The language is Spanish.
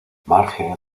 marge